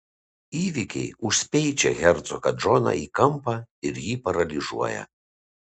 įvykiai užspeičia hercogą džoną į kampą ir jį paralyžiuoja